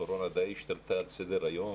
הקורונה די השתלטה על סדר היום